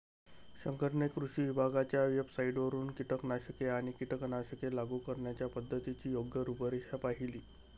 शंकरने कृषी विभागाच्या वेबसाइटवरून कीटकनाशके आणि कीटकनाशके लागू करण्याच्या पद्धतीची योग्य रूपरेषा पाहिली